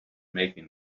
making